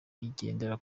igendera